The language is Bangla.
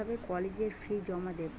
কিভাবে কলেজের ফি জমা দেবো?